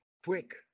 quick